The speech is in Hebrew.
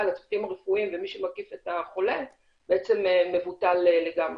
לצוותים הרפואיים ומי שמקיף את החולה בעצם מבוטל לגמרי.